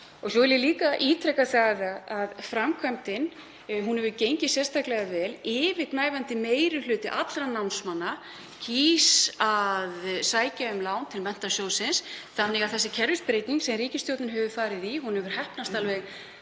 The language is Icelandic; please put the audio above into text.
vil ég líka ítreka að framkvæmdin hefur gengið sérstaklega vel. Yfirgnæfandi meiri hluti allra námsmanna kýs að sækja um lán til Menntasjóðs þannig að þessi kerfisbreyting sem ríkisstjórnin hefur farið í hefur heppnast alveg